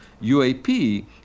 UAP